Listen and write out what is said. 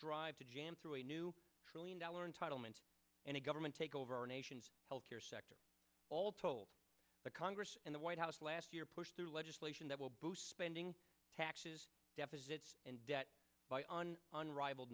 drive to jam through a new trillion dollar entitlement and a government takeover nation's healthcare sector all told the congress and the white house last year push through legislation that will boost spending taxes deficits and debt by on unrival